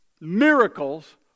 miracles